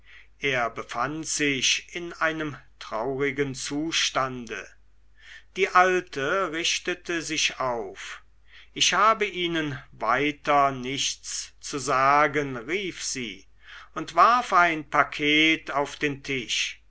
er befand sich in einem traurigen zustande die alte richtete sich auf ich habe ihnen weiter nichts zu sagen rief sie und warf ein paket auf den tisch